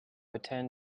attend